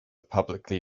publicly